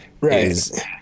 Right